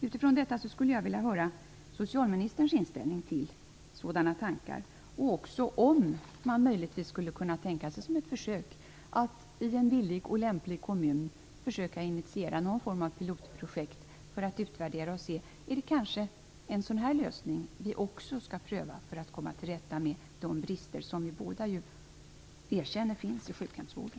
Utifrån detta skulle jag vilja höra socialministerns inställning till sådana tankar, liksom om man möjligtvis skulle kunna tänka sig som ett försök att i en villig och lämplig kommun initiera någon form av pilotprojekt för att utvärdera om det är en sådan lösning som vi borde pröva för att komma till rätta med de brister som vi båda erkänner finns i sjukhemsvården.